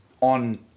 on